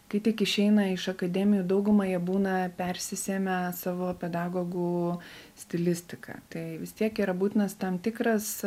kai tik išeina iš akademijų daugumą jie būna persisėmę savo pedagogų stilistika tai vis tiek yra būtinas tam tikras